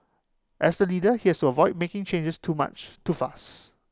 as the leader he has to avoid making changes too much too fast